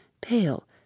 pale